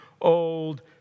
old